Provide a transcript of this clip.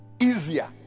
easier